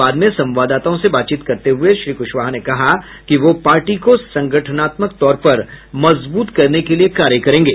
बाद में संवाददाताओं से बात करते हुये श्री कुशवाहा ने कहा कि वो पार्टी को संगठनात्मक तौर पर मजबूत करने के लिए कार्य करेंगे